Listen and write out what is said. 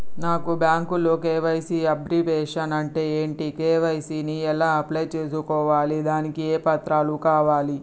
నాకు బ్యాంకులో KYC abbreviation అంటే ఏంటి కే.వై.సీ ని ఎలా అప్లై చేసుకోవాలి దానికి ఏ పత్రాలు కావాలి?